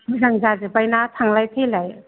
मोजां जाजोब्बाय ना थांलाय फैलाय